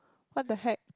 what the heck